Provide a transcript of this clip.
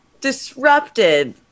disrupted